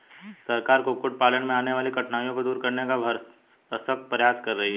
सरकार कुक्कुट पालन में आने वाली कठिनाइयों को दूर करने का भरसक प्रयास कर रही है